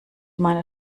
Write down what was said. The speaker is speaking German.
meiner